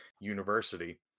university